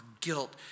guilt